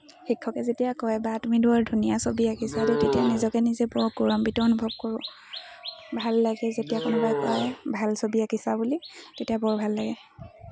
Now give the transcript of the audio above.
শিক্ষকে যেতিয়া কয় বা তুমি দৰ ধুনীয়া ছবি আঁকিছাালো তেতিয়া নিজকে নিজে বৰ গৌৰাম্বিত অনুভৱ কৰোঁ ভাল লাগে যেতিয়া কোনোবাই কয় ভাল ছবি আঁকিছা বুলি তেতিয়া বৰ ভাল লাগে